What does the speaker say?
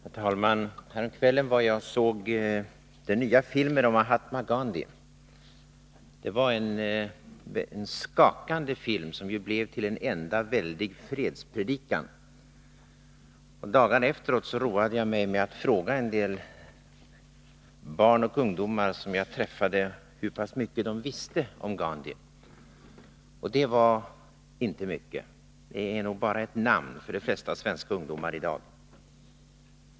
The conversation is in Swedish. Herr talman! Häromkvällen var jag och såg den nya filmen om Mahatma Gandhi. Det var en skakande film, som blev till en enda väldig fredspredikan. Dagen efteråt roade jag mig med att fråga en del barn och ungdomar som jag träffade hur pass mycket de visste om Gandhi. Det var inte mycket. Det är nog bara ett namn för de flesta svenska ungdomar i dag.